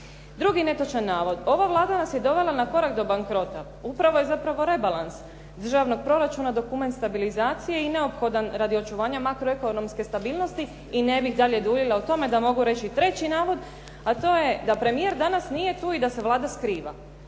Drugi netočan navod: "Ova Vlada nas je dovela na korak do bankrota." Upravo je zapravo rebalans državnog proračuna dokument stabilizacije i neophodan radi očuvanja makroekonomske stabilnosti. I ne bih dalje duljila o tome da mogu reći i treći navod, a to je da premijer danas nije tu i da se Vlada skriva.